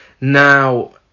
Now